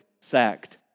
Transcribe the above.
sacked